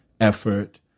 effort